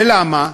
למה?